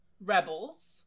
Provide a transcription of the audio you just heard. rebels